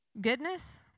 goodness